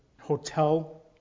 hotel